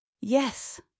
Yes